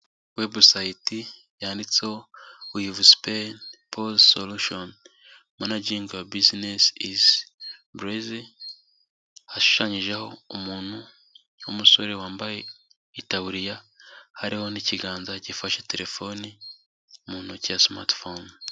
webusayiti yanditseho wivu sipayini poze solushoni, manajingi bizinesi izi burezi, yashushanyijeho umuntu w'umusore wambaye itaburiya hariho n'ikiganza gifashe telefoni mu ntoki ya simatifone.